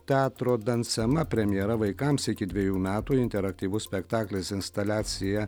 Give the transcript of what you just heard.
teatro dansema premjera vaikams iki dvejų metų interaktyvus spektaklis instaliacija